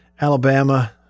Alabama